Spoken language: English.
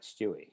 Stewie